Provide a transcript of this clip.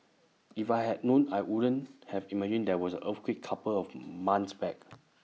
if I hadn't known I wouldn't have imagined there was earthquake couple of months back